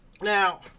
Now